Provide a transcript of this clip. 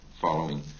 following